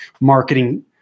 marketing